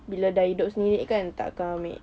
bila dah hidup sendiri kan tak akan ambil